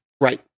Right